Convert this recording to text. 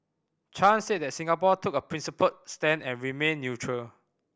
Chan said that Singapore took a principled stand and remained neutral